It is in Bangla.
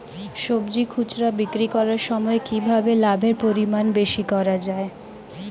সবজি খুচরা বিক্রি করার সময় কিভাবে লাভের পরিমাণ বেশি করা যায়?